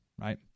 right